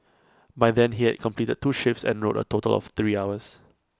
by then he had completed two shifts and rowed A total of three hours